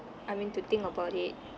I mean to think about it